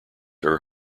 are